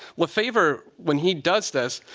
lefavor, when he does this,